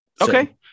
Okay